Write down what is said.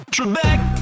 Trebek